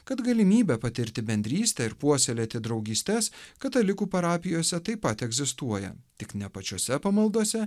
kad galimybė patirti bendrystę ir puoselėti draugystes katalikų parapijose taip pat egzistuoja tik ne pačiose pamaldose